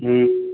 ம்